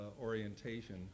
orientation